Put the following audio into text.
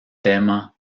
tema